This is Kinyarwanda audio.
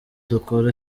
dukora